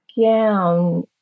gown